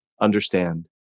Understand